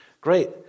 great